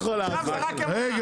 כן.